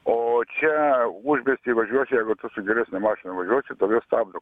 o čia užmiesty važiuosi jeigu tu su geresne mašina važiuosi tave stabdo